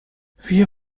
wir